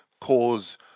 cause